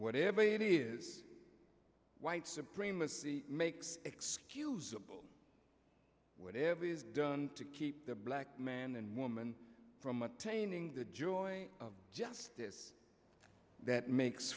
whatever it is white supremacy makes excusable whatever it is done to keep the black man and woman from attaining the joy of justice that makes